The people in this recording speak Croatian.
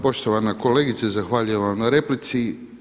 Poštovana kolegice zahvaljujem vam na replici.